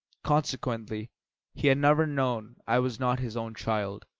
consequently he had never known i was not his own child,